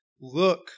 Look